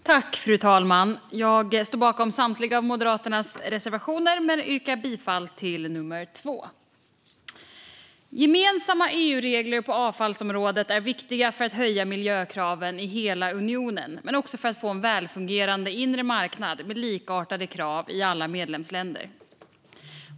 Genomförande av EU-direktiv på avfallsområdet Fru talman! Jag står bakom Moderaternas samtliga reservationer men yrkar bifall endast till reservation 2. Gemensamma EU-regler på avfallsområdet är viktiga för att höja miljökraven i hela unionen men också för att få en välfungerande inre marknad med likartade krav i alla medlemsländer.